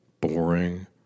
boring